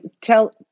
tell